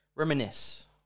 Reminisce